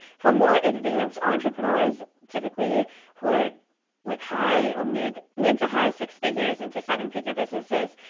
for more advanced entrepreneurs, typically who are like high or mid, mid to high six figures into seven figure businesses,